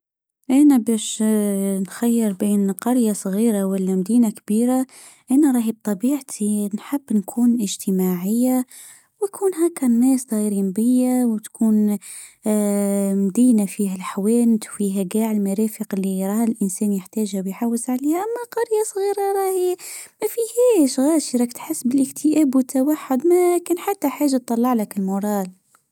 انا باش نخير بين قرية صغيرة ولا مدينة كبيرة انا راهي بطبيعتي نحب نكون اجتماعية يكون هاكا الناس دايرين بيا وتكون فيه الحوانت وفيها كاع المرافق اللى يراه الانسان يحتاجها ويحافظ عليها اما قرية صغيرة راهي مافيهاش لجيران بالاكتئاب والتوحد ما كان حتى حاجة تطلع لك المراد